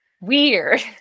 weird